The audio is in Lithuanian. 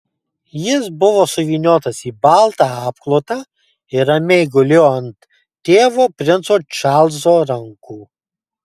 jis buvo suvyniotas į baltą apklotą ir ramiai gulėjo ant tėvo princo čarlzo rankų